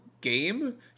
game